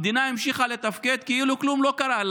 המדינה המשיכה לתפקד כאילו כלום לא קרה.